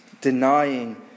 denying